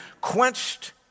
quenched